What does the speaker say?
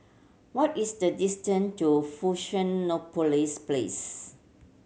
what is the distance to Fusionopolis Place